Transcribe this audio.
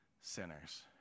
sinners